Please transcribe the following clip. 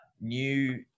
new